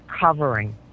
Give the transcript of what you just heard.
covering